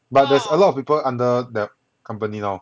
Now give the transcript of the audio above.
but there's a lot of people under that company now